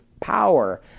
power